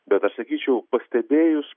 bet aš sakyčiau pastebėjus